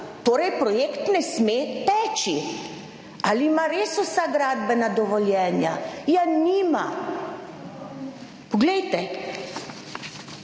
Torej, projekt ne sme teči. Ali ima res vsa gradbena dovoljenja? Ja, nima. Poglejte,